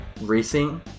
racing